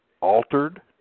altered